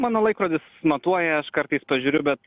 mano laikrodis matuoja aš kartais pažiūriu bet